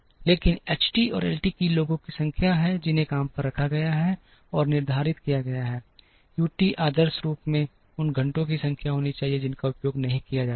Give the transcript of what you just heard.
लेकिन H T और L T लोगों की संख्या है जिन्हें काम पर रखा गया है और निर्धारित किया गया है यू टी आदर्श रूप से उन घंटों की संख्या होनी चाहिए जिनका उपयोग नहीं किया जाता है